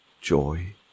joy